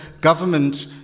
government